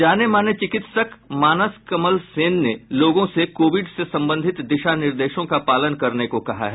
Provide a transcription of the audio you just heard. जाने माने चिकित्सक मानस कमल सेन ने लोगों से कोविड से संबंधित दिशा निर्देशों का पालन करने को कहा है